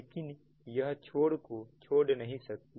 लेकिन यह छोर को छोड़ नहीं सकती